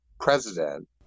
president